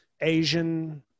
Asian